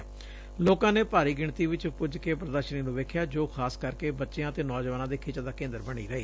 ਅੱਜ ਲੋਕਾ ਨੇ ਭਾਰੀ ਗਿਣਤੀ ਵਿਚ ਪੁੱਜ ਕੇ ਪ੍ਦਰਸਨੀ ਨੂੰ ਵੇਖਿਆ ਜੋ ਖਾਸ ਕਰਕੇ ਬਚਿਆਂ ਅਤੇ ਨੌਜੁਆਨਾਂ ਦੇ ਖਿੱਚ ਦਾ ਕੇਂਦਰ ਬਣੀ ਰਹੀ